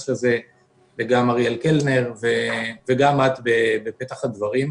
לזה וגם אריאל קלנר וגם את בפתח הדברים.